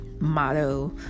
motto